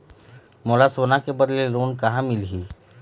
मोला सोना के बदले लोन कहां मिलही?